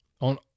on